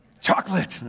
chocolate